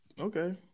Okay